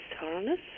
harness